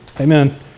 Amen